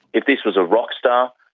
if this was a rock star,